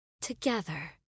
together